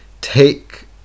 Take